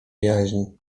jaźni